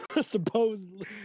supposedly